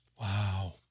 Wow